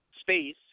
space